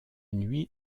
nuit